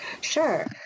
Sure